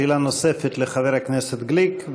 שאלה נוספת לחבר הכנסת גליק,